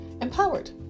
empowered